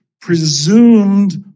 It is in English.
presumed